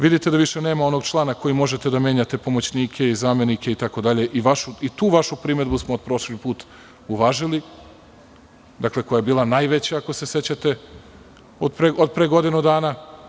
Vidite da nema više onog člana kojim možete da menjate pomoćnike i zamenike, i tu vašu primedbu smo prošli put uvažili, koja je bila najveća, ako se sećate, od pre godinu dana.